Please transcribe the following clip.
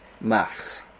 maths